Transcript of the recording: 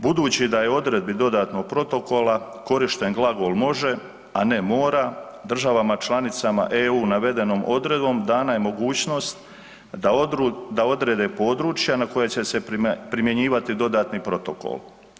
Budući da je u odredbi dodatnog protokola, korišten glagol „može“ a ne mora, država članicama EU navedenom odredbom, dana je mogućnost da odrede područja na koje će se primjenjivati dodatni protokol.